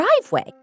driveway